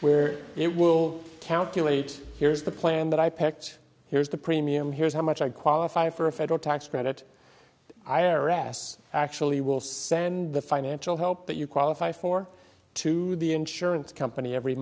where it will count too late here's the plan that i picked here's the premium here's how much i qualify for a federal tax credit i am ras actually will send the financial help that you qualify for to the insurance company every